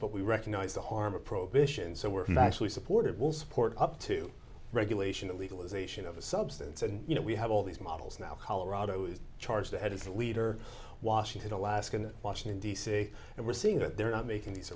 but we recognize the harm of prohibition so we're actually support it will support up to regulation of legalization of a substance and you know we have all these models now colorado is charged ahead its leader washington alaska and washington d c and we're seeing that they're not making these